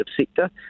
sector